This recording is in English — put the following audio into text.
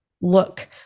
look